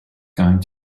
going